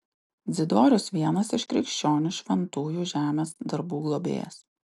dzidorius vienas iš krikščionių šventųjų žemės darbų globėjas